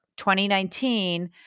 2019